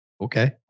Okay